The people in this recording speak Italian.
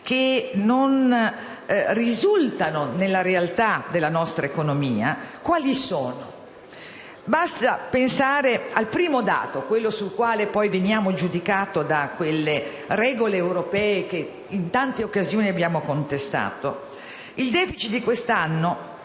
che non risultano nella realtà della nostra economia? Basti pensare al primo dato, quello sul quale veniamo poi giudicati da quelle regole europee che in tante occasioni abbiamo contestato. Il *deficit* di quest'anno,